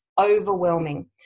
overwhelming